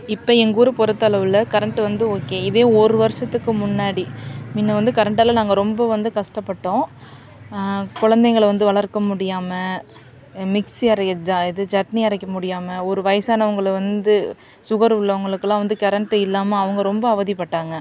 இப்போ எங்கள் ஊரு பொறுத்தளவில் கரண்ட்டு வந்து ஓகே இதே ஒரு வருடத்துக்கு முன்னாடி முன்ன வந்து கரண்டால் நாங்கள் ரொம்ப வந்து கஷ்டப்பட்டோம் குழந்தைங்கள வந்து வளர்க்க முடியாமல் மிக்ஸி அரைக்கிற ஜா இது சட்னி அரைக்க முடியாமல் ஒரு வயசானவங்களை வந்து சுகர் உள்ளவங்களுக்குலாம் வந்து கரண்ட்டு இல்லாமல் அவங்க ரொம்ப அவதிப்பட்டாங்க